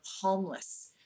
homeless